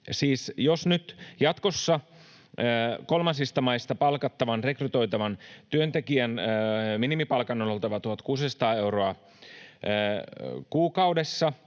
jos nyt jatkossa kolmansista maista palkattavan, rekrytoitavan, työntekijän minimipalkan on oltava 1 600 euroa kuukaudessa,